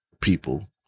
people